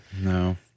No